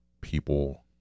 people